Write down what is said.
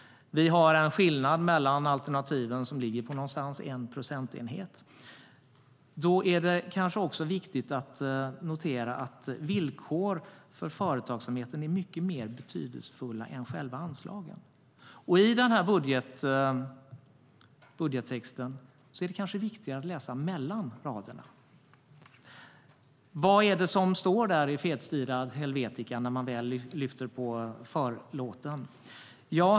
Vi har skillnad mellan alternativen som ligger på runt 1 procentenhet. Då är det viktigt att notera att villkoren för företagsamheten är mycket mer betydelsefulla än själva anslagen. I budgettexten är det kanske viktigare att läsa mellan raderna. Vad är det som står i fetstilt helvetica när man lyfter på förlåten?